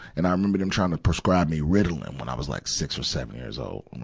and i remember them trying to prescribe me ritalin when i was like six or seven years old,